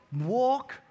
walk